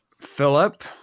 Philip